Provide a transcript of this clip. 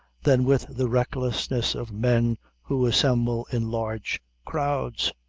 than with the recklessness of men who assemble in large crowds,